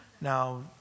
Now